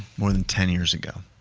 more than ten years ago.